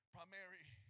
Primary